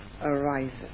arises